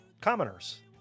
commoners